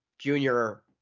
junior